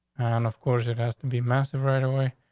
and of course it has to be massive right away.